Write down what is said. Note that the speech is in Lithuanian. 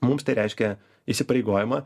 mums tai reiškia įsipareigojimą